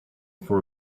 for